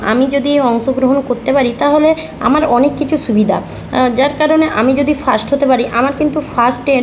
আমি যদি অংশগ্রহণ করতে পারি তাহলে আমার অনেক কিছু সুবিধা যার কারণে আমি যদি ফার্স্ট হতে পারি আমার কিন্তু ফার্স্টের